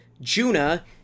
Juna